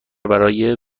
برای